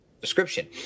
description